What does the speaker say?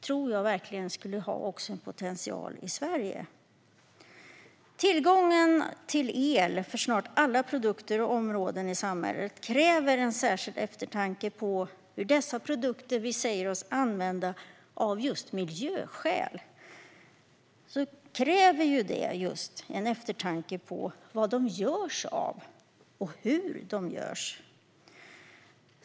Det finns produkter som vi säger oss använda av just miljöskäl, och användningen av el för snart sagt alla produkter och områden i samhället kräver särskild eftertanke när det gäller vad produkterna görs av och hur de görs.